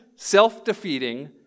self-defeating